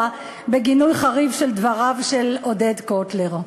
בגינוי חריף של דבריו של עודד קוטלר.